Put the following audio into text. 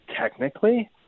technically